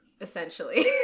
essentially